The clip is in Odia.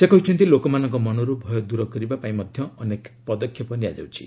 ସେ କହିଛନ୍ତି ଲୋକମାନଙ୍କ ମନରୁ ଭୟ ଦୂର କରିବା ପାଇଁ ମଧ୍ୟ ଅନେକ ପଦକ୍ଷେପ ନିଆଯାଉଛି